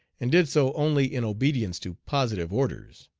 and did so only in obedience to positive orders.